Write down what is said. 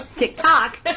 tiktok